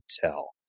tell